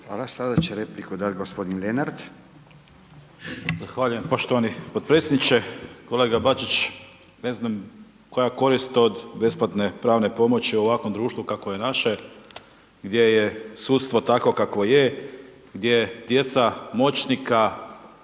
Hvala. Sada će repliku dati gospodin Lenart. **Lenart, Željko (HSS)** Zahvaljujem poštovani potpredsjedniče. Kolega Bačić, ne znam koja je korist od besplatne pravne pomoći u ovakvom društvu kakvo je naše gdje je sudstvo takvo kakvo je, gdje djeca moćnika